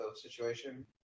situation